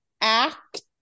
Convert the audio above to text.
act